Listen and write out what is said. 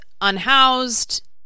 unhoused